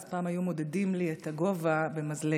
ופעם היו מודדים לי את הגובה במזלג.